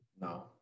no